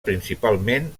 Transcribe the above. principalment